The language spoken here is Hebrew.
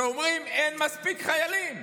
שאומרים: אין מספיק חיילים,